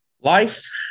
Life